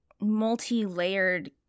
multi-layered